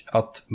att